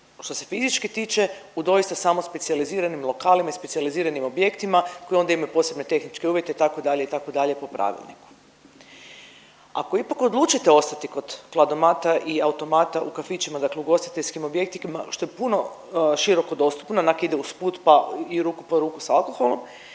šta se fizički u doista samo specijaliziranim lokalima i specijaliziranim objektima koji ondje imaju posebne tehničke uvjete itd., itd. po pravilniku. Ako ipak odlučite ostati kod kladomata i automata u kafićima, dakle ugostiteljskim objektima što je puno široko dostupno onak ide usput pa i ruku pod ruku s alkoholom.